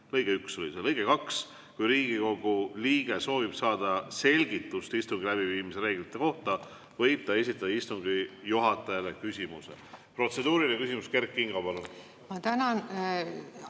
Lõige 1 oli see. Lõige 2: "Kui Riigikogu liige soovib saada selgitust istungi läbiviimise reeglite kohta, võib ta esitada istungi juhatajale küsimuse." Protseduuriline küsimus, Kert Kingo, palun!